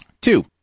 two